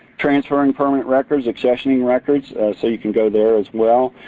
transferring permanent records, accessioning records so you can go there as well.